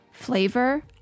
flavor